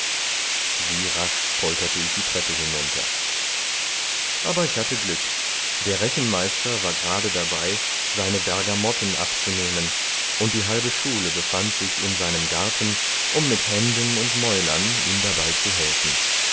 wie rasch polterte ich die treppe hinunter aber ich hatte glück der rechenmeister war grade dabei seine bergamotten abzunehmen und die halbe schule befand sich in seinem garten um mit händen und mäulern ihm dabei zu helfen